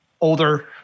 older